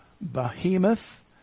behemoth